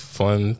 fun